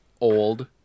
Old